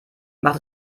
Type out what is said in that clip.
macht